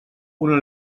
una